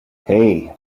hey